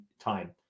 time